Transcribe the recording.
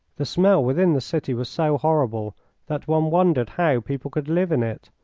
the smell within the city was so horrible that one wondered how people could live in it,